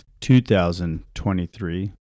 2023